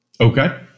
Okay